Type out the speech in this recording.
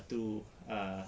to ah